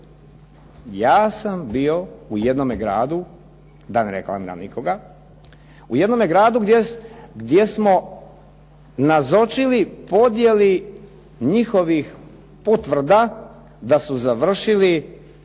nikoga, u jednome gradu gdje smo nazočili podjeli njihovih potvrda da su završili